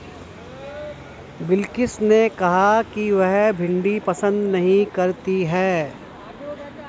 बिलकिश ने कहा कि वह भिंडी पसंद नही करती है